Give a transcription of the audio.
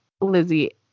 Lizzie